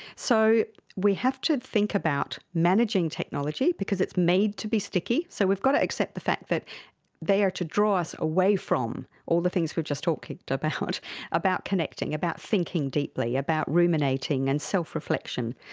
so we have to think about managing technology because it's made to be sticky, so we've got to accept the fact that they are to draw us away from all the things we've just talked talked about, about connecting, about thinking deeply, about ruminating and self-reflection.